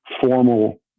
formal